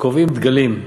קובעים דגלים.